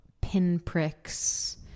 pinpricks